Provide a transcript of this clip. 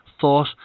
thought